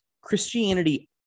Christianity